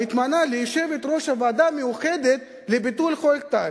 מתמנה ליושבת-ראש הוועדה המיוחדת לביטול חוק טל,